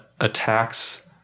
attacks